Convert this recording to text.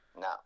No